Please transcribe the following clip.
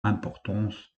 importance